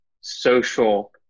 social